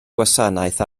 gwasanaeth